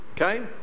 Okay